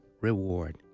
Reward